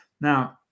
now